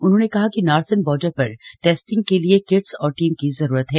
उन्होंने कहा कि नारसन बॉर्डर पर टेस्टिंग के लिए किट्स और टीम की जरूरत है